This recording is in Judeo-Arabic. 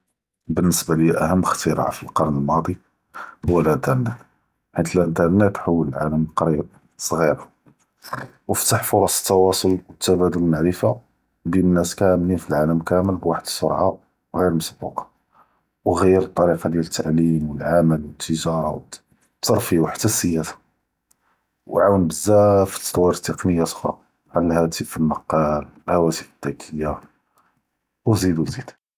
באלניסבה לيا אהם אختراع فالקרן אלמאג’י הוא אלאינטרנט, חית אלאינטרנט חאול אלעלם לכרי’ה סג’ירה ו פתח פרצ אלתואצול ו תבאדול אלמעלומה בין אנאס כולין פלאעלם כאמל בחד אלס’רעה, ע’יר ממסבוקה ו ע’יר אלטריקה דיאל אלתעלים ו אלח’דמה ו אלתיג’ארה ו אלתרפיה וח’תא אלסיאסה, ו עאונ בזאף פ תתויר תכניקות אוכרה כחאלת אלטלפון אלנقال ו אלטלפוןאת אלזכ’יה.